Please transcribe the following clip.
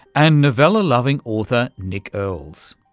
and novella-loving author nick earls.